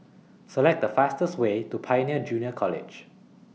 Select The fastest Way to Pioneer Junior College